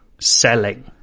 Selling